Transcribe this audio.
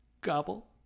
Gobble